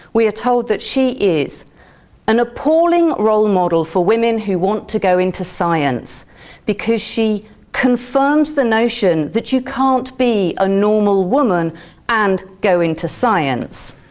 we are told that she is an appalling role model for women who want to go into science because she confirms the notion that you can't be a normal woman and go into science.